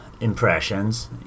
impressions